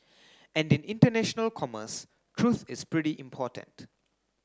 and in international commerce truth is pretty important